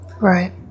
right